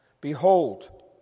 Behold